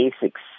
basics